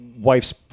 wife's